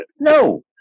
no